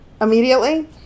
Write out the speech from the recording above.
immediately